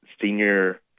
senior